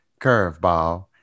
Curveball